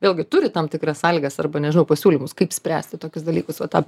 vėlgi turi tam tikras sąlygas arba nežinau pasiūlymus kaip spręsti tokius dalykus va tą